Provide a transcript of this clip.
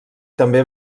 també